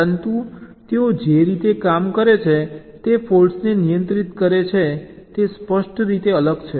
પરંતુ તેઓ જે રીતે કામ કરે છે તે ફોલ્ટ્સને નિયંત્રિત કરે છે તે સ્પષ્ટ રીતે અલગ છે